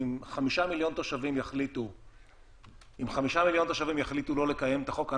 אם חמישה מיליון תושבים יחליטו לא לקיים את החוק,